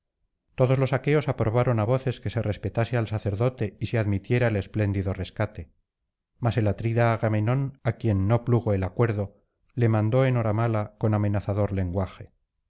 todos los aqueos aprobaron á voces que se respetase al sacerdote y se admitiera el espléndido rescate mas el atrida agamenón á quien no plugo el acuerdo le mandó enhoramala con amenazador lenguaje